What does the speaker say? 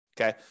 okay